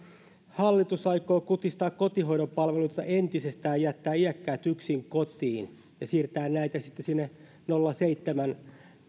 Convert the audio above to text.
hallitus aikoo kutistaa kotihoidon palveluita entisestään ja jättää iäkkäät yksin kotiin ja siirtää sitten sinne nolla pilkku seitsemän